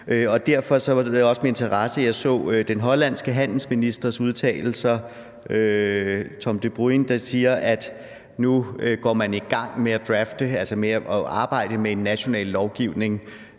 jeg så den hollandske handelsminister, Tom de Bruijns, udtalelser om, at nu går man i gang med at arbejde med en national lovgivning,